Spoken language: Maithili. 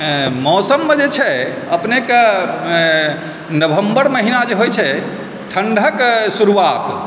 मौसममे जे छै अपनेके नवम्बर महीना जे होइ छै ठण्डके शुरुआत